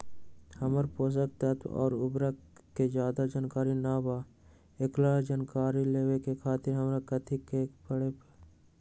हमरा पोषक तत्व और उर्वरक के ज्यादा जानकारी ना बा एकरा जानकारी लेवे के खातिर हमरा कथी करे के पड़ी?